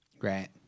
Right